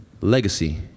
legacy